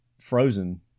Frozen